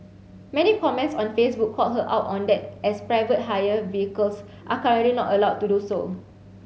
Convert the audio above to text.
many comments on Facebook called her out on that as private hire vehicles are currently not allowed to do so